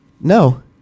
No